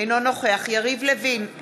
אינו נוכח יריב לוין,